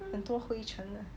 很多灰尘啊